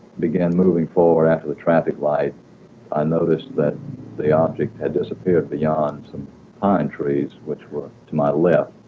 began moving forward after the traffic light i noticed that the object had disappeared beyond some pine trees which were to my left